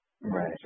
Right